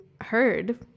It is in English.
heard